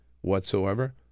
whatsoever